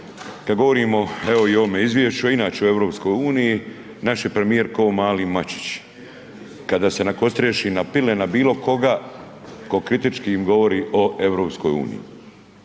kad govorimo evo i o ovome izvješću, a i inače o EU, naš je premijer ko mali mačić kada se nakostriješi na pile, na bilo koga ko kritički govori o EU. Čak tolko